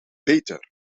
beter